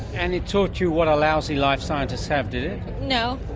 and it taught you what a lousy life scientists have, did you know